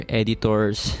editors